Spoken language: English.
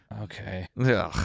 Okay